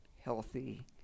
healthy